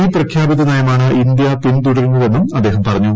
ഈ പ്രഖ്യാപിത നയമാണ് ഇന്ത്യ പിന്തുടരുന്നതെന്നും അദ്ദേഹം പറഞ്ഞു